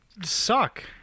Suck